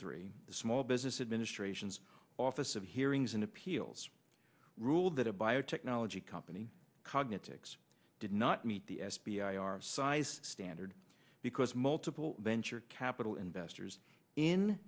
the small business administration's office of hearings and appeals ruled that a biotechnology company cognitive acts did not meet the f b i are size standard because multiple venture capital investors in